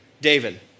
David